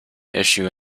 issue